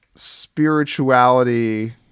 spirituality